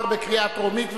התשע"א 2011,